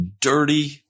dirty